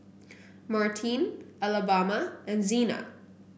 Martine Alabama and Zena